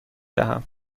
دهم